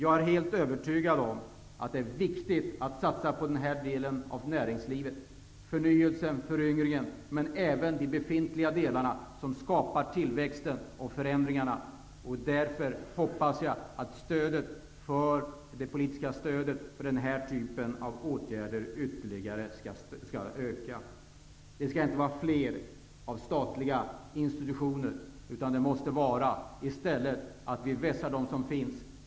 Jag är helt övertygad om att det är viktigt att satsa på den här delen av näringslivet, på förnyelsen och på föryngringen men även på de befintliga delarna, som skapar tillväxt och förändringar. Jag hoppas därför att det politiska stödet för den här typen av åtgärder ytterligare skall öka. Vi skall inte ha fler statliga institutioner, utan vi måste i stället vässa de som finns.